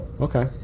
okay